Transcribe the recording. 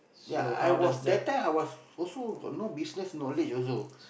ya I was that time I was also got no business knowledge also